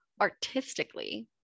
artistically